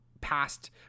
past